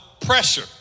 pressure